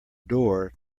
door